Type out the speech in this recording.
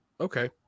Okay